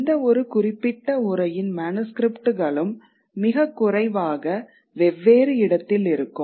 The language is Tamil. எந்தவொரு குறிப்பிட்ட உரையின் மனுஸ்க்ரிப்ட்களும் மிகக்குறைவாக வெவ்வேறு இடத்தில் இருக்கும்